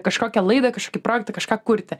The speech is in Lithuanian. kažkokią laidą kažkokį projektą kažką kurti